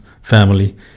family